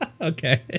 Okay